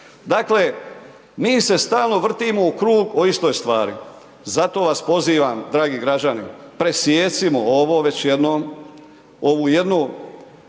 Dakle, mi se stalno vrtimo u krug o istoj stvari, zato vas pozivam dragi građani, presijecimo ovo već jednom,